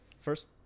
first